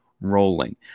rolling